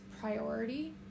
priority